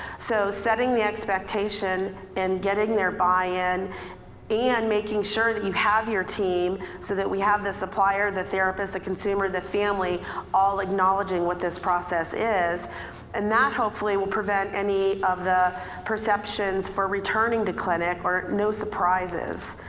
so setting the expectation and getting their buy-in and making sure you have your team so that we have the supplier, the therapist, the consumer, the family all acknowledging what this process is and that, hopefully, will prevent any of the perceptions for returning to clinic or no surprises.